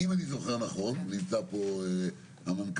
אם אני זוכר נכון ונמצא כאן המנכ"ל